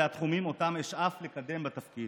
ואלה התחומים שאשאף לקדם בתפקיד.